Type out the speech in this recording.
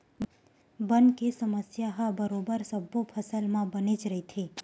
बन के समस्या ह बरोबर सब्बो फसल म बनेच रहिथे